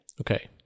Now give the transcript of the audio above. Okay